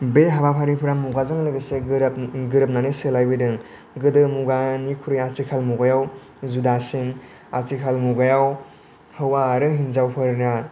बे हाबाफारिफ्रा मुगाजों लोगोसे गोरोबनानै सोलायबोदों गोदो लुगानि आथिखाल मुगायाव जुदासिन आथिखाल मुगायाव हौवा आरो हेन्जावफोरना